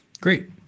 Great